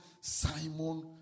Simon